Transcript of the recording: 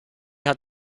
hat